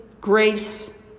grace